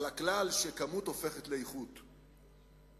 על הכלל שכמות הופכת לאיכות בדיאלקטיקה.